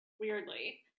weirdly